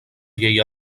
llei